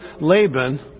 Laban